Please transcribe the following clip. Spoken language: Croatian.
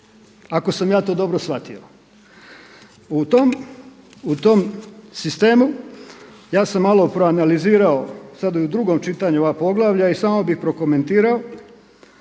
ako sam ja to dobro shvatio. U tom sistemu ja sam malo proanalizirao sad i u drugom čitanju ova poglavlja i samo bi prokomentirao